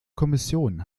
kommission